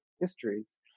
histories